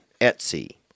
Etsy